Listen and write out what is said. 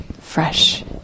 fresh